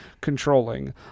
Controlling